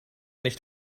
nicht